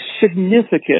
significant